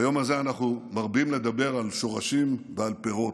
ביום הזה אנחנו מרבים לדבר על שורשים ועל פירות.